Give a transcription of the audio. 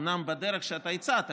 אומנם בדרך שאתה הצעת,